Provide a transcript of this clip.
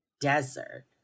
desert